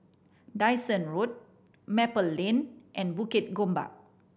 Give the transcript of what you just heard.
Dyson Road Maple Lane and Bukit Gombak